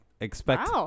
Expect